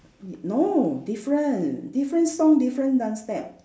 y~ no different different song different dance step